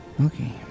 okay